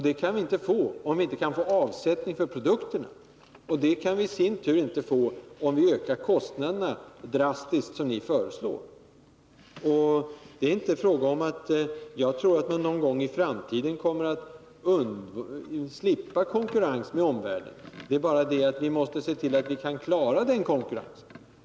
Det kan vi inte få om vi inte får avsättning för produkterna, och det kan vi i sin tur inte få om vi ökar kostnaderna drastiskt som ni föreslår. Det är inte fråga om att jag tror att vi någon gång i framtiden kommer att slippa konkurrens med omvärlden. Det är bara det att vi måste se till att vi kan klara konkurrensen.